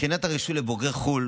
בבחינת הרישוי לבוגרי חו"ל